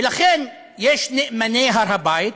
יש נאמני הר הבית,